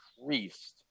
increased